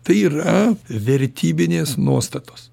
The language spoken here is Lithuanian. tai yra vertybinės nuostatos